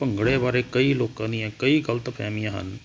ਭੰਗੜੇ ਬਾਰੇ ਕਈ ਲੋਕਾਂ ਦੀਆਂ ਕਈ ਗਲਤ ਫਹਿਮੀਆਂ ਹਨ